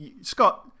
Scott